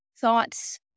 thoughts